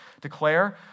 declare